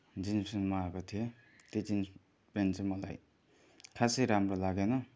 jeans pant मगाएको थिएँ त्यो जिन्स प्यान्ट चाहिँ मलाई खासै राम्रो लागेन